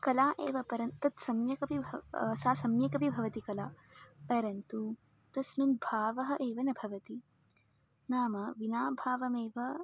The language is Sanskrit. कला एव परं तत् सम्यकपि भ सा सम्यकपि भवति कला परन्तु तस्मिन् भावः एव न भवति नाम विनाभावमेव